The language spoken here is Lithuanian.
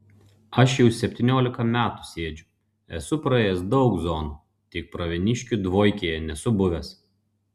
aš jau septyniolika metų sėdžiu esu praėjęs daug zonų tik pravieniškių dvojkėje nesu buvęs